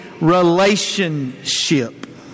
Relationship